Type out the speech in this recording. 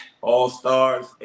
All-Stars